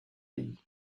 pays